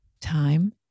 Time